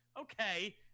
okay